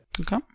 Okay